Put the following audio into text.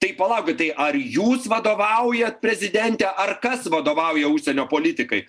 tai palauk tai ar jūs vadovaujat prezidente ar kas vadovauja užsienio politikai